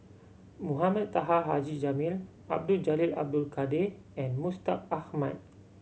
Mohamed Taha Haji Jamil Abdul Jalil Abdul Kadir and Mustaq Ahmad